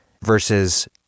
versus